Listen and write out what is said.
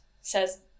says